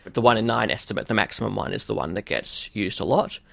the one in nine estimate, the maximum one, is the one that gets used a lot.